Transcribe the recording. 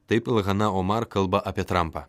taip el hana omar kalba apie trampą